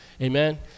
Amen